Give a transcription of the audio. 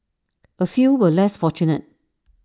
A few were less fortunate